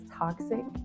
toxic